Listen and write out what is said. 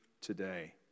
today